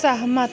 सहमत